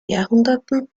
jahrhunderten